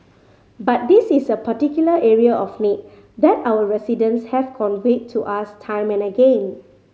but this is a particular area of need that our residents have conveyed to us time and again